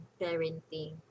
parenting